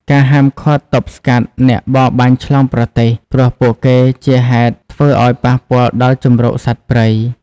ការហាមឃាត់ទប់ស្កាត់អ្នកបរបាញ់ឆ្លងប្រទេស ព្រោះពួកគេជាហេតុធ្វើឲ្យប៉ះពាល់ដល់ជម្រកសត្វព្រៃ។